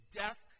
death